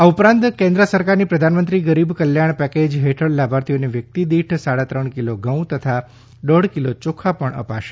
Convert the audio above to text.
આ ઉપરાંત કેન્દ્ર સરકારની પ્રધાનમંત્રી ગરીબ કલ્યાણ પેકેજ હેઠળ લાભાર્થીઓને વ્યક્તિ દીઠ સાડા ત્રણ કિલો ઘઉં તથા દોઢ કિલો ચોખા પણ અપાશે